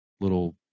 little